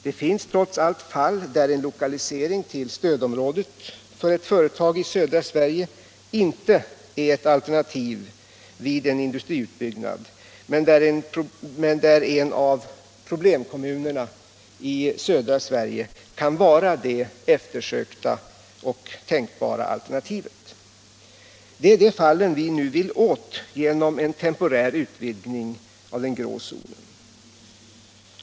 Det finns trots allt fall där en lokalisering till stödområdet för ett företag i södra Sverige inte är ett alternativ vid en industriutbyggnad, men där en av problemkommunerna i södra Sverige kan vara det eftersökta och tänkbara alternativet. Dessa fall vill vi åt genom en temporär utvidgning av den grå zonen.